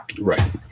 Right